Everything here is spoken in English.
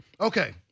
Okay